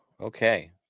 okay